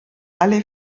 alle